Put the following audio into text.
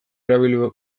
erabili